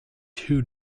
too